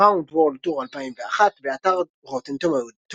"Drowned World Tour 2001", באתר Rotten Tomatoes